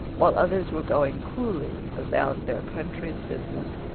while others were going coolly about their country's business.